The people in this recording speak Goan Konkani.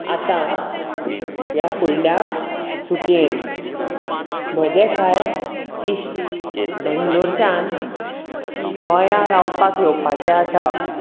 आतां ह्या फुडल्या सुटयेन म्हजे काय इश्ट बेंगलोरच्यान गोंयान रावपा येवपाचे आसा